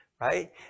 right